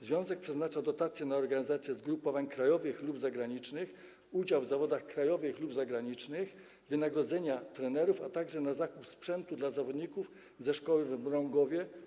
Związek przeznacza dotacje na organizację zgrupowań krajowych i zagranicznych, udział w zawodach krajowych i zagranicznych, wynagrodzenia trenerów, a także na zakup sprzętu dla zawodników ze szkoły w Mrągowie.